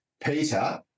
peter